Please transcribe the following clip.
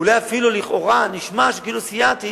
ואולי אפילו, לכאורה, נשמע כאילו סייעתי